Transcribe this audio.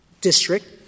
district